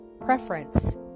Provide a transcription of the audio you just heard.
preference